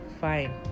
fine